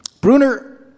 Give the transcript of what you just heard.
Bruner